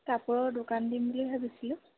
কাপোৰৰ দোকান দিম বুলি ভাবিছিলোঁ